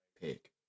Pick